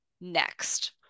Next